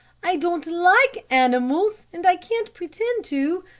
i don't like animals, and i can't pretend to,